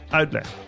uitleg